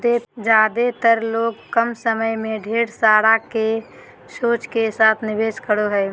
ज्यादेतर लोग कम समय में ढेर लाभ के सोच के साथ निवेश करो हइ